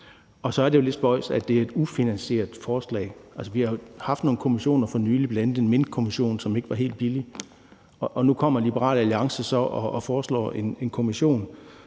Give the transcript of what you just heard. Og så er det jo lidt spøjst, at det er et ufinansieret forslag. Vi har jo haft nogle kommissioner for nylig, bl.a. Minkkommissionen, som ikke var helt billig, og nu kommer Liberal Alliance så og foreslår en kommission.